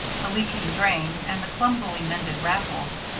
the leaking drain, and the clumsily mended rat-holes.